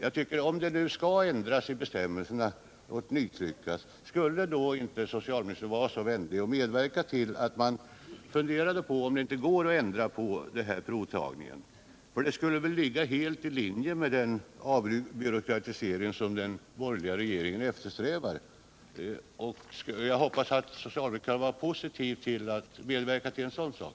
Om bestämmelserna nu skall ändras och nytryckas, skulle då inte socialministern vilja vara vänlig och medverka till att man överväger om det inte går att göra en ändring när det gäller provtagningen? Det skulle ligga helt i linje med den borgerliga regeringens strävan att avbyråkratisera samhället. Jag hoppas att socialministern är positiv till att medverka till en sådan sak.